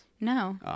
No